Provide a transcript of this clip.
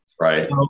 Right